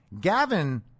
Gavin